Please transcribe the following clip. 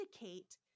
indicate